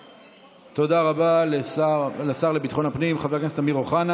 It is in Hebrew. תודה רבה לשר לביטחון הפנים חבר הכנסת אמיר אוחנה.